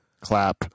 clap